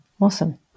Awesome